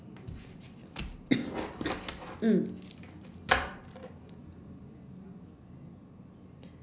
mm